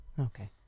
okay